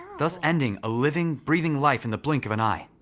thus ending a living breathing life in the blink of an eye.